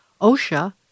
OSHA